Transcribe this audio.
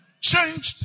Changed